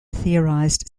theorized